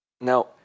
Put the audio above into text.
Now